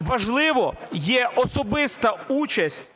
важливо є особиста участь